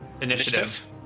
Initiative